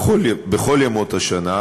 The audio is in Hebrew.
בכל ימות השנה,